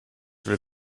will